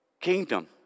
kingdom